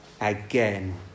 again